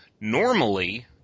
normally